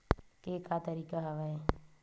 के का तरीका हवय?